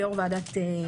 ליו"ר ועדת חוקה,